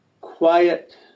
quiet